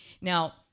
Now